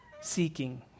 Seeking